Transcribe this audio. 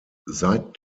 seit